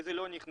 איזה לא נכנסו,